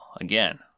again